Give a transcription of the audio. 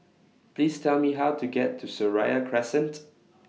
Please Tell Me How to get to Seraya Crescent